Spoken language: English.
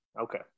Okay